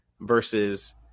versus